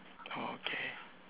oh okay